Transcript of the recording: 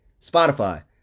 Spotify